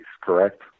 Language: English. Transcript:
correct